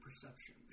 perception